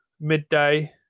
midday